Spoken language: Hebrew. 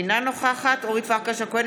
אינה נוכחת אורית פרקש הכהן,